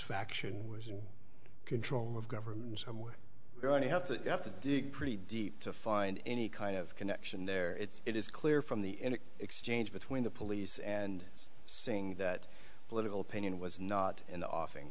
faction was in control of government some we're going to have to have to dig pretty deep to find any kind of connection there it's it is clear from the exchange between the police and seeing that political opinion was not in the offing